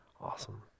Awesome